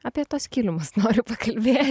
apie tuos kilimus noriu pakviesti